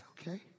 Okay